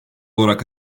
olarak